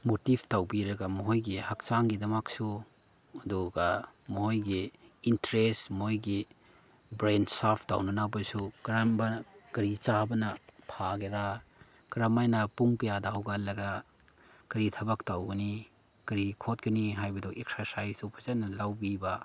motive ꯇꯧꯕꯤꯔꯒ ꯃꯈꯣꯏꯒꯤ ꯍꯛꯆꯥꯡꯒꯤꯗꯃꯛꯁꯨ ꯑꯗꯨꯒ ꯃꯣꯏꯒꯤ ꯏꯟꯇꯔꯦꯁ ꯃꯣꯏꯒꯤ ꯕ꯭ꯔꯦꯟ ꯁꯥꯔꯐ ꯇꯧꯅꯅꯕꯁꯨ ꯀꯔꯝꯕ ꯀꯔꯤ ꯆꯥꯕꯅ ꯐꯒꯦꯔꯥ ꯀꯔꯝ ꯍꯥꯏꯅ ꯄꯨꯡ ꯀꯌꯥꯗ ꯍꯧꯒꯠꯂꯒ ꯀꯔꯤ ꯊꯕꯛ ꯇꯧꯒꯅꯤ ꯀꯔꯤ ꯈꯣꯠꯀꯅꯤ ꯍꯥꯏꯕꯗꯣ ꯑꯦꯛꯁꯔꯁꯥꯏꯁꯇꯣ ꯐꯖꯅ ꯂꯧꯕꯤꯕ